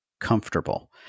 comfortable